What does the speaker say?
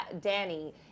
Danny